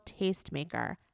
tastemaker